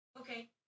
Okay